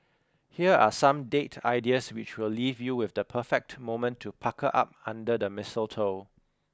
here are some date ideas which will leave you with the perfect moment to pucker up under the mistletoe